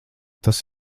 tas